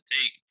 take